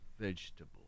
vegetable